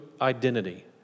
identity